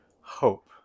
hope